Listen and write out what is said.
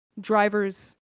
driver's